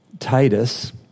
Titus